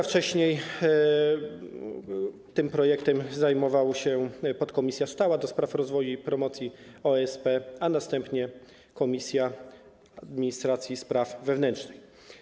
Wcześniej tym projektem zajmowały się podkomisja stała ds. rozwoju i promocji OSP, a następnie Komisja Administracji i Spraw Wewnętrznych.